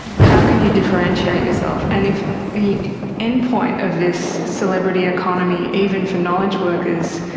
how can you differentiate yourself? and if the endpoint of this celebrity economy, even for knowledge workers,